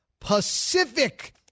Pacific